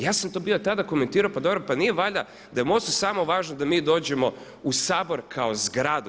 Ja sam to bio tada komentirao pa dobro pa nije valjda da je MOST-u samo važno da mi dođemo u Sabor kao zgradu.